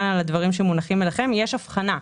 בדברים שמונחים אליכם יש הבחנה.